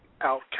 out